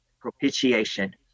propitiation